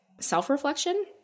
self-reflection